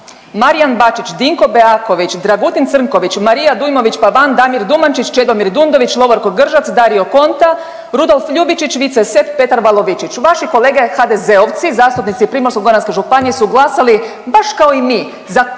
Marijan Bačić, Dinko Beaković, Dragutin Crnković, Marija Dujmović …, Damir Dumančić, Čedomir Dundović, Lovorko Gržac, Dario Konta, Rudolf Ljubičić, Vice Sep, Petar Valovičić vaši kolege HDZ-ovci zastupnici Primorsko-goranske županije su glasali baš kao i mi za kopneni